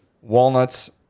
walnuts